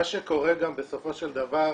מה שקורה גם בסופו של דבר,